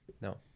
No